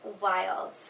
Wild